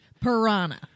Piranha